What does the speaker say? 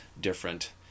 different